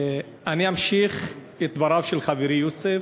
אני אמשיך את דבריו של חברי יוסף.